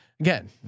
again